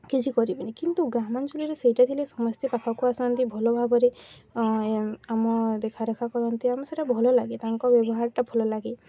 କିଛି କରିବେନି କିନ୍ତୁ ଗ୍ରାମାଞ୍ଚଳରେ ସେଇଟା ଥିଲେ ସମସ୍ତେ ପାଖକୁ ଆସନ୍ତି ଭଲ ଭାବରେ ଆମ ଦେଖାରେଖା କରନ୍ତି ଆମ ସେଟା ଭଲ ଲାଗେ ତାଙ୍କ ବ୍ୟବହାରଟା ଭଲ ଲାଗେ